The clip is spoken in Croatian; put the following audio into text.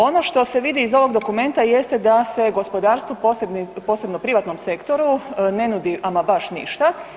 Ono što se vidi iz ovog dokumenta jeste da se gospodarstvo, posebno u privatnom sektoru ne nudi ama baš ništa.